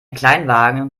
kleinwagen